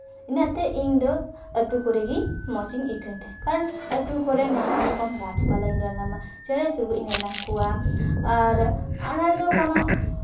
ᱚᱱᱟᱛᱮ ᱤᱧ ᱫᱚ ᱟᱛᱳ ᱠᱚᱨᱮ ᱜᱮ ᱢᱚᱡᱽ ᱟᱹᱭᱠᱟᱹᱣᱛᱮ ᱠᱟᱨᱚᱱ ᱟᱛᱳ ᱠᱚᱨᱮ ᱱᱟᱱᱟ ᱨᱚᱠᱚᱢ ᱜᱟᱪᱷ ᱯᱟᱞᱟᱧ ᱧᱮᱞ ᱧᱟᱢᱟ ᱪᱮᱬᱮ ᱪᱩᱲᱜᱩᱡ ᱤᱧ ᱧᱮᱞ ᱧᱟᱢ ᱠᱚᱣᱟ ᱟᱨ ᱚᱱᱟ ᱨᱮᱫᱚ ᱠᱳᱱᱳ